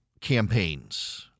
campaigns